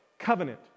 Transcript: covenant